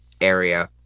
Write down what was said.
area